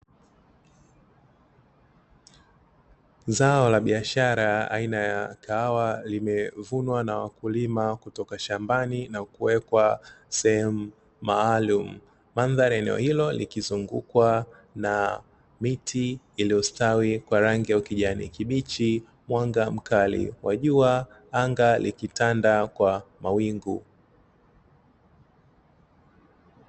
Zao la biashara aina ya kahawa limevunwa na wakulina na kuwekwa sehemu maalumu, mandhari eneo hilo likizungukwa na miti iliyostawi kwa rangi ya kijani kibichi mwanga mkali wa jua anga likitanda kwa mawingu.